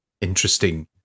interesting